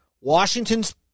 Washington's